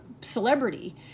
celebrity